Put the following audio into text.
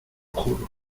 juro